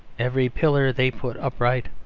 every pillar they put upright,